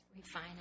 refine